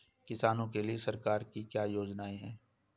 किसानों के लिए सरकार की क्या योजनाएं हैं?